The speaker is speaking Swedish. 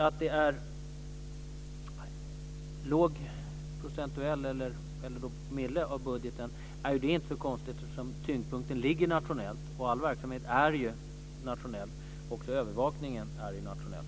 Att det är en låg promille av budgeten är inte så konstigt, eftersom tyngdpunkten ligger nationellt och all verksamhet är nationell. Också övervakningen är nationell.